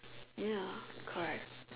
ya correct